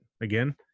again